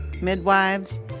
midwives